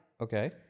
Okay